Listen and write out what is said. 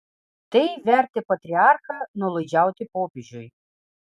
tai vertė patriarchą nuolaidžiauti popiežiui